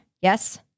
yes